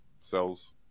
cells